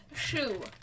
Shoe